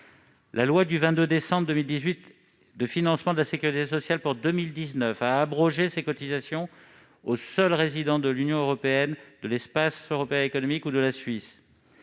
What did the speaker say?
La loi du 22 décembre 2018 de financement de la sécurité sociale pour 2019 a abrogé ces cotisations pour les seuls résidents de l'Union européenne, de l'Espace économique européen et de la Suisse.